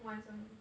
once only